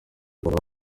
batatu